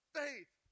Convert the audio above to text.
faith